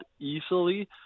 easily